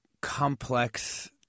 complex